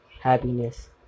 happiness